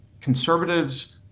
conservatives